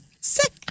Sick